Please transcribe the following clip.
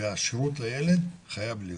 והשירות לילד חייב להיות.